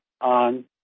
on